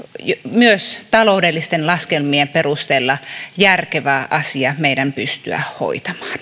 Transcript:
myös taloudellisten laskelmien perusteella järkevä asia meidän pystyä hoitamaan